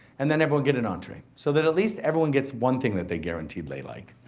and then everyone get an entree, so that at least everyone gets one thing that they guaranteed they like.